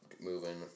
moving